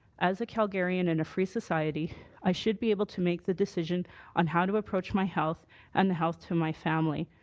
as a calgarian in a free society i should be able to make the decision on how to approach my health and health to my family.